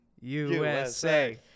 USA